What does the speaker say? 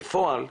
בפועל,